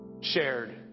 Shared